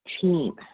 team